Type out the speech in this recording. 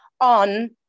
on